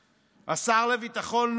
השר לביטחון לאומי,